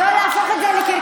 לא להפוך את זה לקרקס.